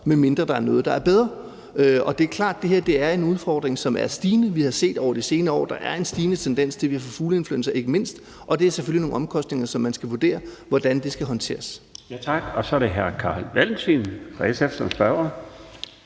medmindre der er noget, der er bedre. Og det er klart, at det her er en udfordring, som er stigende. Vi har set over de senere år, at der er en stigende tendens til, at vi ikke mindst får fugleinfluenza. Og der er selvfølgelig nogle omkostninger, som man skal vurdere hvordan skal håndteres. Kl. 20:48 Den fg. formand (Bjarne Laustsen):